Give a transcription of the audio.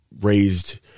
raised